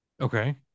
Okay